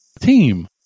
team